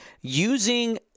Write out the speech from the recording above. using